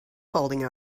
holding